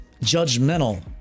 judgmental